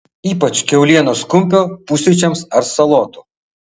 ypač kiaulienos kumpio pusryčiams ar salotų